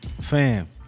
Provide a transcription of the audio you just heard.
Fam